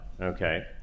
Okay